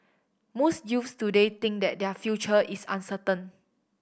most youths today think that their future is uncertain